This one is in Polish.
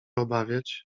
obawiać